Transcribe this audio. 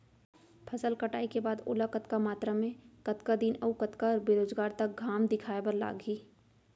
फसल कटाई के बाद ओला कतका मात्रा मे, कतका दिन अऊ कतका बेरोजगार तक घाम दिखाए बर लागही?